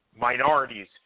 minorities